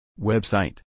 Website